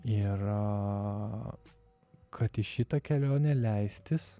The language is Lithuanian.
ir kad į šitą kelionę leistis